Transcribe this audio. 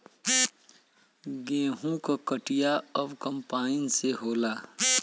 गेंहू क कटिया अब कंपाइन से होला